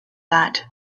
that